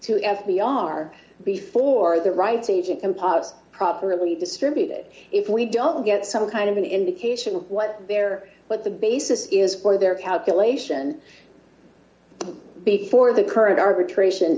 two as we are before the writings of composites properly distributed if we don't get some kind of an indication of what they're what the basis is for their calculation before the current arbitration